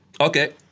Okay